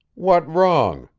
what wrong?